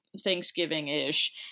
Thanksgiving-ish